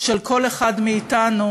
של כל אחד מאתנו,